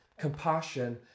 compassion